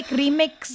remix